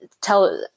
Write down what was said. tell